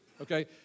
okay